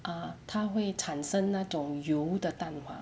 ah 它会产生那种油的蛋黄